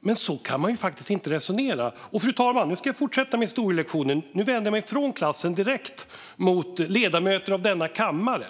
Men så kan man faktiskt inte resonera. Fru talman! Jag ska fortsätta historielektionen. Nu vänder jag mig från klassen direkt till ledamöter av denna kammare.